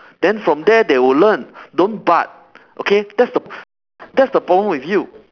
then from there they will learn don't but okay that's the problem that's the problem with you